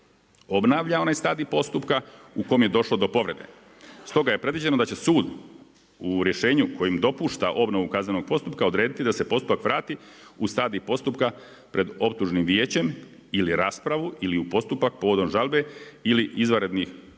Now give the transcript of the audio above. obnavlja onaj stadij postupka u kojem je došlo do povrede. Stoga je predviđeno da će sud u rješavanju kojim dopušta obnovu kaznenog postupka odrediti da se postupak vrati u stadij postupka pred optužnim vijećem ili u raspravu ili u postupak povodom žalbe ili izvanrednih pravnih